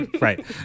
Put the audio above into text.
Right